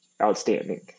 outstanding